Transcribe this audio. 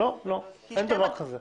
אין דבר כזה.